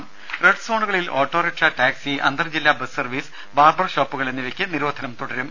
രേര റെഡ് സോണുകളിൽ auto rickshaw taxi അന്തർ ജില്ലാ ബസ് സർവീസ് ബാർബർ ഷാപ്പുകൾ എന്നിവയ്ക്ക് നിരോധനം തുടരും